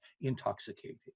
intoxicated